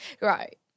right